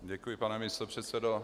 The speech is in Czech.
Děkuji, pane místopředsedo.